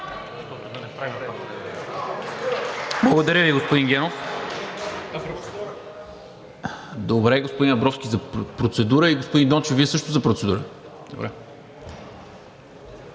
Благодаря Ви, господин Генов. Господин Абровски за процедура. И господин Дончев, Вие също за процедура?